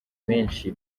menshi